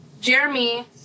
Jeremy